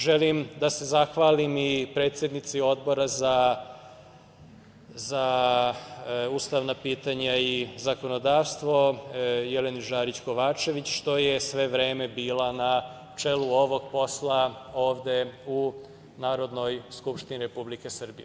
Želim da se zahvalim i predsednici Odbora za ustavna pitanja i zakonodavstvo, Jeleni Žarić Kovačević, što je sve vreme bila na čelu ovog posla ovde u Narodnoj skupštini Republike Srbije.